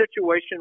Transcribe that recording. situation